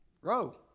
Row